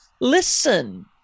listen